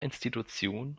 institution